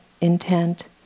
intent